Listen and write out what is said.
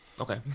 okay